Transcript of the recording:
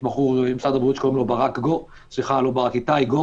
יש שם מישהו שקוראים לו איתי גורדון,